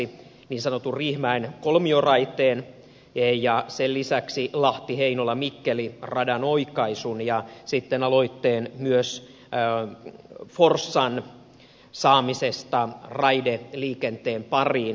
niin sanotun riihimäen kolmioraiteen ja sen lisäksi lahtiheinolamikkeli radan oikaisun ja sitten aloitteen myös forssan saamisesta raideliikenteen pariin